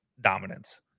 dominance